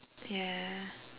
yeah